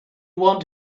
want